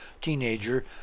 teenager